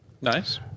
Nice